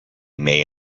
may